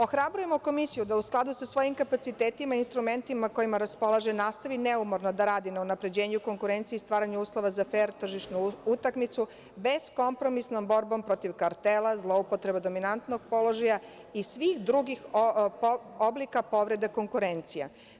Ohrabrujemo Komisiju da u skladu sa svojim kapacitetima i instrumentima, kojima raspolaže, nastavi neumorno da radi na unapređenju konkurencije i stvaranja uslova za fer tržišnu utakmicu bezkompromisnom borbom kartela, zloupotrebe dominantnog položaja i svih drugih oblika povrede konkurencija.